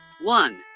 one